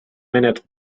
minute